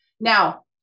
Now